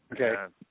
Okay